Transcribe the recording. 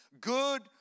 good